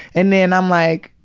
and then i'm like,